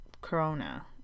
Corona